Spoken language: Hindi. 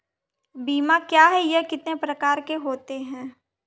बीमा क्या है यह कितने प्रकार के होते हैं?